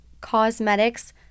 Cosmetics